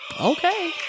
Okay